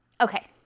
Okay